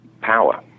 power